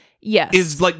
Yes